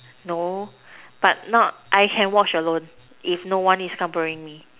no but not I can watch alone if no one is company me